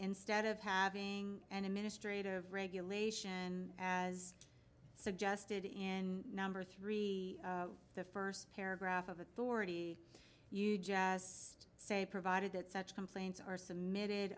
instead of having an administrative regulation as suggested in number three the first paragraph of authority you just say provided that such complaints are submitted